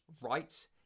right